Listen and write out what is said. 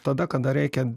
tada kada reikia